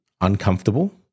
uncomfortable